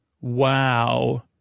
wow